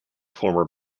former